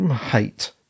hate